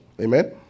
Amen